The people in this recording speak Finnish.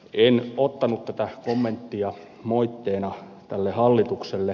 en ottanut tätä kommenttia moitteena tälle hallitukselle